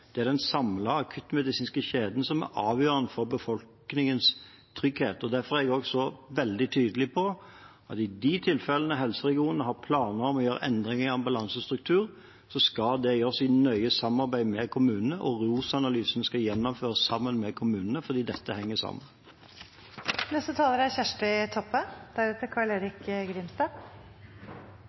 Det er den samlede akuttmedisinske kjeden som er avgjørende for befolkningens trygghet. Derfor er jeg også veldig tydelig på at i de tilfellene helseregionene har planer om å gjøre endringer i ambulansestruktur, skal det gjøres i nøye samarbeid med kommunene, og ROS-analysene skal gjennomføres sammen med kommunene – fordi dette henger